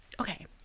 okay